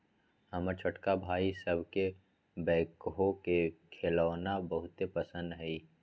हमर छोटका भाई सभके बैकहो के खेलौना बहुते पसिन्न हइ